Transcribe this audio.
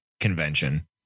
convention